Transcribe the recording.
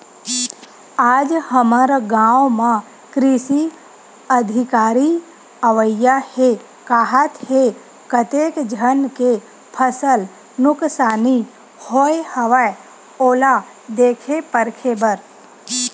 आज हमर गाँव म कृषि अधिकारी अवइया हे काहत हे, कतेक झन के फसल नुकसानी होय हवय ओला देखे परखे बर